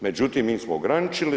Međutim, mi smo ograničili.